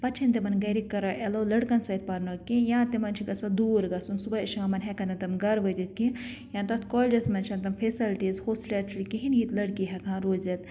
پَتہٕ چھِنہٕ تِمَن گَرِکۍ کَران ایلو لٔڑکَن سۭتۍ پَرنُک کینٛہہ یا تِمَن چھُ گژھان دوٗر گژھُن صُبحن شامَن ہٮ۪کَان نہٕ تِم گَرٕ وٲتِتھ کینٛہہ یا تَتھ کالجَس منٛز چھَنہٕ تِم فیسَلٹیٖز ہوسٹیلِٹی کِہیٖنۍ ییٚتہِ لٔڑکی ہٮ۪کہٕ ہان روٗزِتھ